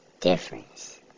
difference